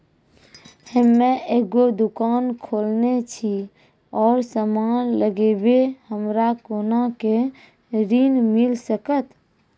हम्मे एगो दुकान खोलने छी और समान लगैबै हमरा कोना के ऋण मिल सकत?